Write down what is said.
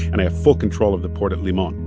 and i have full control of the port of limon